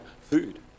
food